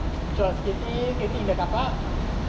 she was skating skating in the car park